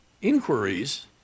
inquiries